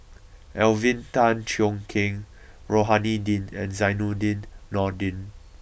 Alvin Tan Cheong Kheng Rohani Din and Zainudin Nordin